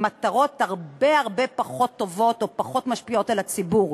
למטרות הרבה הרבה פחות טובות או פחות משפיעות על הציבור.